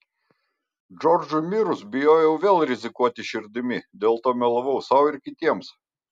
džordžui mirus bijojau vėl rizikuoti širdimi dėl to melavau sau ir kitiems